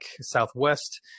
Southwest